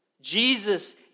Jesus